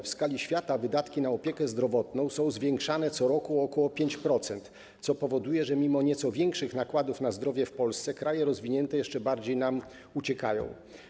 W skali świata wydatki na opiekę zdrowotną są zwiększane co roku o ok. 5%, co powoduje, że mimo nieco większych nakładów na zdrowie w Polsce kraje rozwinięte jeszcze bardziej nam uciekają.